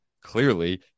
clearly